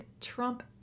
Trump